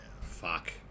fuck